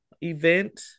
event